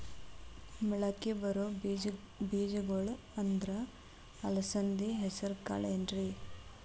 ಮಳಕಿ ಬರೋ ಬೇಜಗೊಳ್ ಅಂದ್ರ ಅಲಸಂಧಿ, ಹೆಸರ್ ಕಾಳ್ ಏನ್ರಿ?